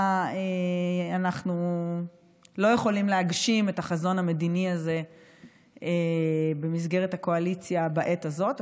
אנחנו לא יכולים להגשים את החזון המדיני הזה במסגרת הקואליציה בעת הזאת,